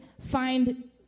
find